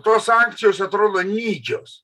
tos sankcijos atrodo nykios